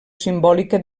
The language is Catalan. simbòlica